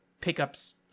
pickups